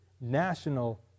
national